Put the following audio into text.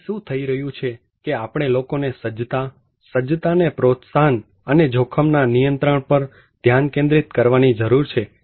આથી શું થઈ રહ્યું છે કે આપણે લોકોને સજ્જતા સજ્જતા ને પ્રોત્સાહન અને જોખમના નિયંત્રણ પર ધ્યાન કેન્દ્રિત કરવાની જરૂર છે